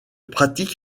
pratique